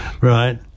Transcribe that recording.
Right